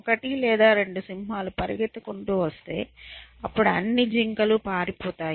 ఒకటి లేదా రెండు సింహాలు పరిగెత్తుకుంటూ వస్తే అప్పుడు అన్ని జింకలు పారిపోతాయి